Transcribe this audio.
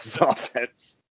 offense